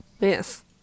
Yes